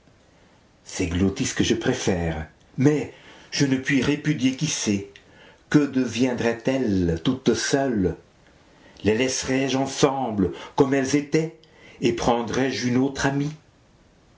c'est glôttis que je préfère mais je ne puis répudier kysé que deviendrait-elle toute seule les laisserai-je ensemble comme elles étaient et prendrai-je une autre amie